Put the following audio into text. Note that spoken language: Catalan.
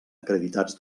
acreditats